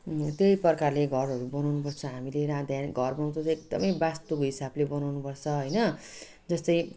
त्यही प्रकारले घरहरू बनाउनुपर्छ हामीले घर बनाउनु चाहिँ एकदमै वास्तुको हिसाबले बनाउनुपर्छ हैन जस्तै